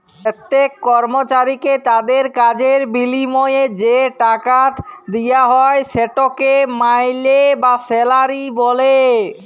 প্যত্তেক কর্মচারীকে তাদের কাজের বিলিময়ে যে টাকাট দিয়া হ্যয় সেটকে মাইলে বা স্যালারি ব্যলে